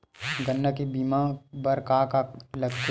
गन्ना के बीमा बर का का लगथे?